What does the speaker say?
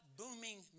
booming